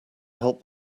help